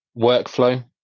workflow